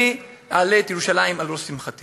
אני אעלה את ירושלים על ראש שמחתי.